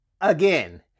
again